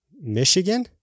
Michigan